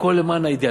הכול למען האידיאל,